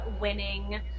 winning